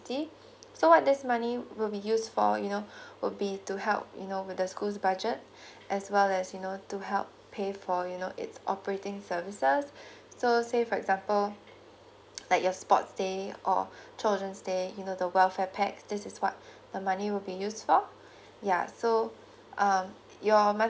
so this money will be used for you know would be to help you know with the schools budget as well as you know to help pay for you know it's operating services so say for example like your sports day or chosen stay you know the welfare packs this is what the money will be used for yeah so um your monthly